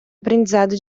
aprendizado